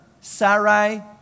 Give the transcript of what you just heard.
Sarai